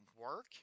work